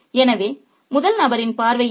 எனவே முதல் நபரின் பார்வை என்ன